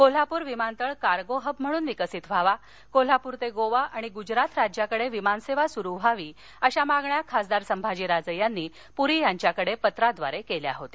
कोल्हापूर विमानतळ cargo hub म्हणून विकसित व्हावा कोल्हापूर ते गोवा आणि गुजरात राज्याकडे विमानसेवा सुरू व्हावी अशा मागण्या खासदार संभाजीराजे यांनी पूरी यांच्याकडे पत्राद्वारे केल्या होत्या